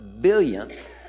billionth